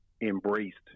embraced